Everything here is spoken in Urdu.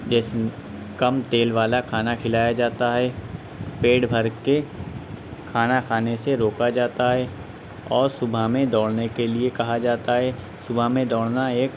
جیسے کم تیل والا کھانا کھلایا جاتا ہے پیٹ بھر کے کھانا کھانے سے روکا جاتا ہے اور صبح میں دوڑنے کے لیے کہا جاتا ہے صبح میں دوڑنا ایک